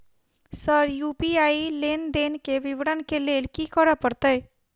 Sir UPI लेनदेन केँ विवरण केँ लेल की करऽ परतै?